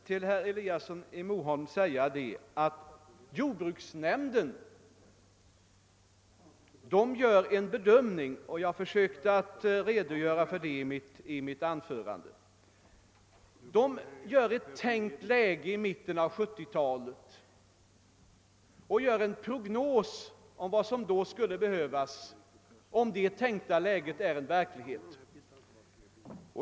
Till herr Eliasson i Moholm vill jag säga att jordbruksnämnden har upprättat — och jag försökte redogöra för detta i mitt anförande — en prognos om vilken beredskapslagring som skulle behövas i mitten av 1970-talet därest det tänkta läget blir verklighet.